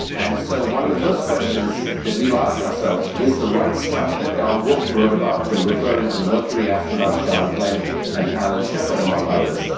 and so one of the first questions that we asked ourselves is the right stuff that tom wolfe wrote about when referring to the mercury astronauts john glenn and alan shepard, among others,